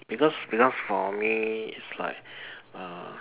because because for me it's like err